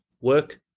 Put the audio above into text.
Work